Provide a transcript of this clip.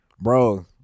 bro